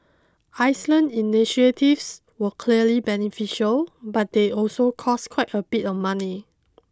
Iceland initiatives were clearly beneficial but they also cost quite a bit of money